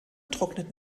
trocknet